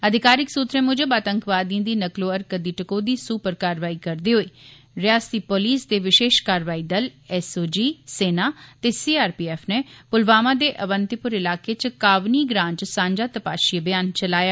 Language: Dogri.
अधिकारिक सूत्रे मूजब आतंकवादिए दी नकलो हरकत दी टकोहदी सूह पर कारवाई करदे होई रिआसती पुलस दे विशेष कारवाई दल एसओजी सेना ते सीआरपीएफ नै पुलवामा दे अंवतिपु इलाके च कावनी ग्रां च सांझा तपाशी अभियान चलाया